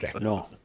no